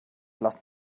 lassen